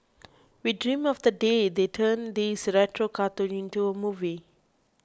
we dream of the day they turn this retro cartoon into a movie